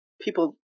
people